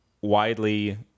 widely